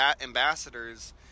ambassadors